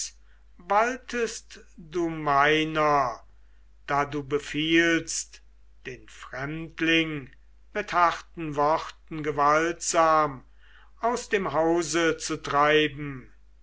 waltest du meiner da du befiehlst den fremdling mit harten worten gewaltsam aus dem hause zu treiben